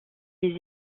les